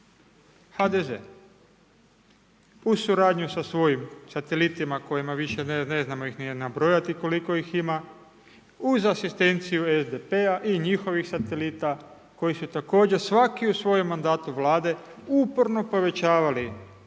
HDZ uz suradnju sa svojim satelitima kojima više ne znamo ih ni nabrojati koliko ih ima, uz asistenciju SDP-a i njihovih satelita koji su također svaki u svojem mandatu Vlade uporno povećavali